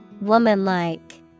WOMANLIKE